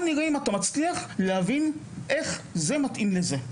נראה אם אתה מצליח להבין איך זה מתאים לזה,